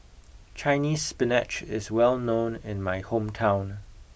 Chinese spinach is well known in my hometown